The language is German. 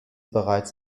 bereits